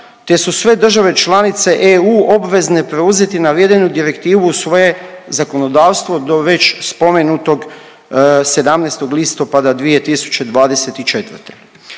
te su sve države članice EU obvezne preuzeti navedenu direktivu u svoje zakonodavstvo do već spomenutog 17. listopada 2024.